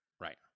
Right